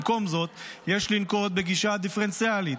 במקום זאת יש לנקוט גישה דיפרנציאלית,